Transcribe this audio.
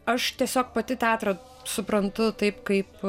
aš tiesiog pati teatrą suprantu taip kaip